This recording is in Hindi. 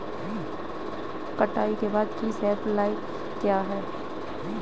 कटाई के बाद की शेल्फ लाइफ क्या है?